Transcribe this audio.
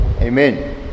Amen